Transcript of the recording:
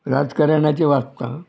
राजकारणाची वाचतां